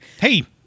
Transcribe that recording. Hey